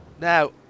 Now